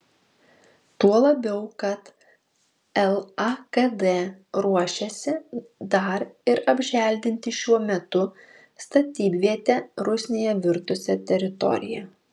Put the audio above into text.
tuo labiau kad lakd ruošiasi dar ir apželdinti šiuo metu statybviete rusnėje virtusią teritoriją